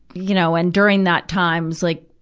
you know and during that times, like,